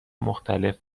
مختلف